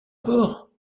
bord